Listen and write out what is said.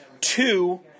two